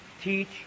teach